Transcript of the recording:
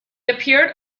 appeared